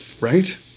Right